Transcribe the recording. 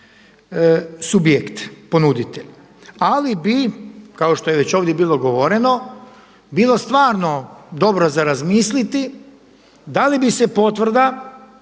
subjekt, ponuditelj. Ali bi kao što je ovdje već bilo govoreno bilo stvarno dobro za razmisliti da li bi se potvrda